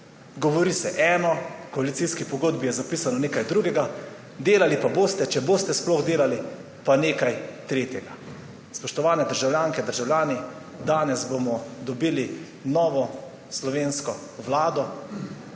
Govori se eno, v koalicijski pogodbi je zapisano nekaj drugega, delali pa boste, če boste sploh delali, nekaj tretjega. Spoštovane državljanke, državljani, danes bomo dobili novo slovensko vlado,